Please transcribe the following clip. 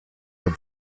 her